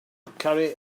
carry